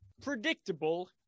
predictable